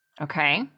Okay